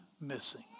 missing